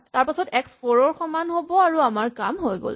আৰু তাৰপাছত x four ৰ সমান হ'ব আৰু আমাৰ কাম হৈ গ'ল